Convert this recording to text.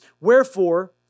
Wherefore